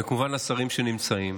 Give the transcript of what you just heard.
וכמובן, אל שרים שנמצאים.